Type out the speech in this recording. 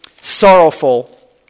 sorrowful